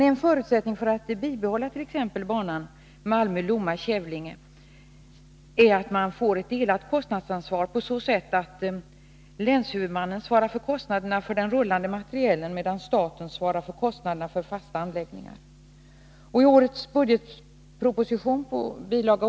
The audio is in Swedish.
En förutsättning för att bibehålla t.ex. banan Malmö-Lomma-Kävlinge är att man får ett delat kostnadsansvar på så sätt att länshuvudmannen svarar för kostnaderna för den rullande materielen, medan staten svarar för kostnaderna för fasta anläggningar. I årets budgetproposition, bil.